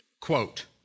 Quote